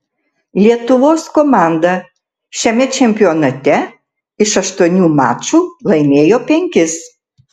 lietuvos komanda šiame čempionate iš aštuonių mačų laimėjo penkis